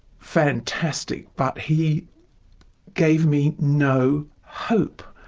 fantastic but he gave me no hope.